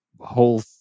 Whole